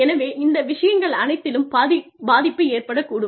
எனவே இந்த விஷயங்கள் அனைத்திலும் பாதிப்பு ஏற்படக் கூடும்